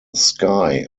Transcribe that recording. sky